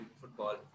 football